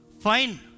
Fine